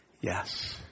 yes